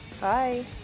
Bye